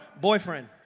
Boyfriend